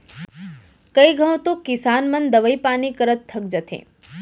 कई घंव तो किसान मन दवई पानी करत थक जाथें